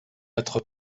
être